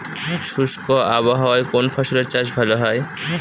শুষ্ক আবহাওয়ায় কোন ফসলের চাষ ভালো হয়?